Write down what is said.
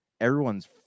everyone's